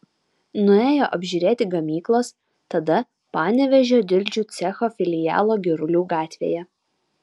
nuėjo apžiūrėti gamyklos tada panevėžio dildžių cecho filialo girulių gatvėje